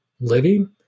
living